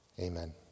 Amen